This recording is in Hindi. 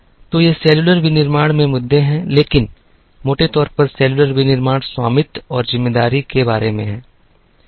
तो ये सेलुलर विनिर्माण में मुद्दे हैं लेकिन मोटे तौर पर सेलुलर विनिर्माण स्वामित्व और जिम्मेदारी के बारे में है